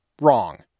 Wrong